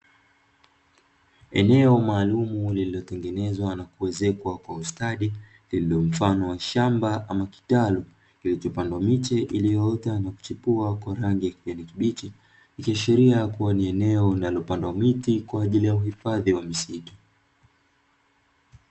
Eneo maalum lililotengenezwa na kuwezekwa kwa ustadi lililo mfano wa shamba ama kitalu kinachopandwa miche iliyoota na kuchipua kwa rangi ya kijani kibichi. Kuashiria kuwa ni eneo linalopanda miti kwa ajili ya uhifadhi wa misitu.